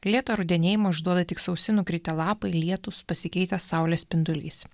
lėtą rudenėjimą išduoda tik sausi nukritę lapai lietūs pasikeitęs saulės spindulys